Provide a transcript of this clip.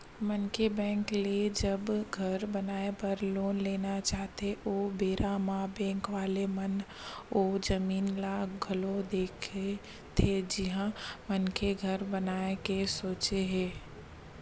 मनखे बेंक ले जब घर बनाए बर लोन लेना चाहथे ओ बेरा म बेंक वाले मन ओ जमीन ल घलो देखथे जिहाँ मनखे घर बनाए के सोचे हे